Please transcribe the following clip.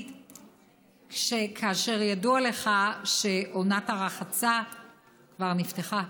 ידוע לך שעונת הרחצה כבר נפתחה.